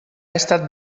estat